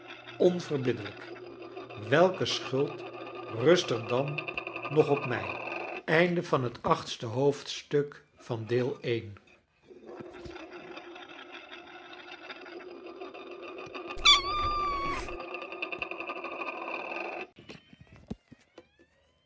onverbiddelijk welke schuld rust er dan nog op mij